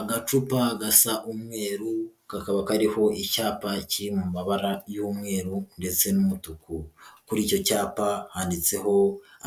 Agacupa gasa umweru, kakaba kariho icyapa kiri mu mabara y'umweru ndetse n'umutuku, kuri icyo cyapa handitseho